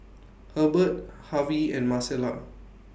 Herbert Harvy and Marcela